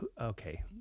Okay